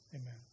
Amen